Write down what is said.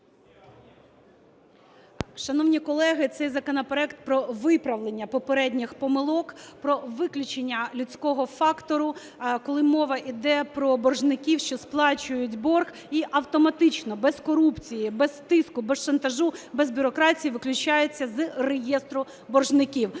Шановні колеги, цей законопроект про виправлення попередніх помилок, про виключення людського фактору, коли мова йде про боржників, що сплачують борг, і автоматично, без корупції, без тиску, без шантажу, без бюрократії виключаються з реєстру боржників.